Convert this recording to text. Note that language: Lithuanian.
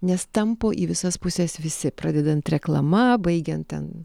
nes tampo į visas puses visi pradedant reklama baigiant ten